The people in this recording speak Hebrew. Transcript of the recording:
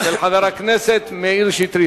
של חבר הכנסת מאיר שטרית.